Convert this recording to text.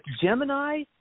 Gemini